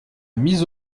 mise